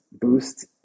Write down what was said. boost